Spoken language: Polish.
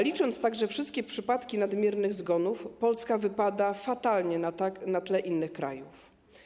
Licząc także wszystkie przypadki nadmiernych zgonów, Polska wypada fatalnie na tle innych krajów.